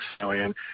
million